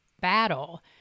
battle